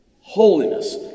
Holiness